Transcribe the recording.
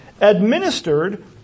administered